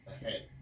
ahead